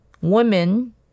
women